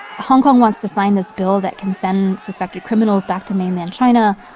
hong kong wants to sign this bill that can send suspected criminals back to mainland china.